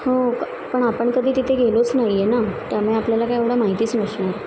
हो प पण आपण कधी तिथे गेलोच नाही आहे ना त्यामुळे आपल्याला काय एवढा माहितीच नसणार